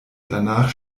danach